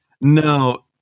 no